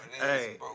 hey